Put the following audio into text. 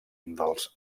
dels